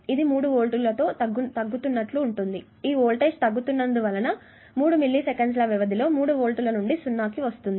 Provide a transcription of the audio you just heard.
ఇది 3 వోల్టుల తో తగ్గుతున్నట్లు ఉంది ఈ వోల్టేజ్ తగ్గుతున్నందువలన ఇది 3 మిల్లీ సెకన్ల వ్యవధిలో 3 వోల్టుల నుండి సున్నాకి వస్తుంది